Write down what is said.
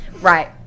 Right